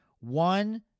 One